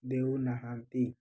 ଦେଉ ନାହାନ୍ତି